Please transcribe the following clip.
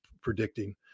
predicting